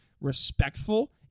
respectful